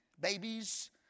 Babies